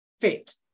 fit